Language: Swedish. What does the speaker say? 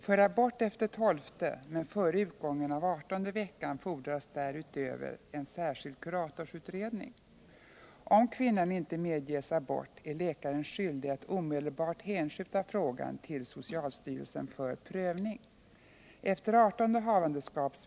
För abort efter 12:e men före utgången av 18:e veckan fordras därutöver en särskild kuratorsutredning. Om kvinnan inte medges abort är läkaren skyldig att omedelbart hänskjuta frågan till socialstyrelsen för prövning.